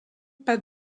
pas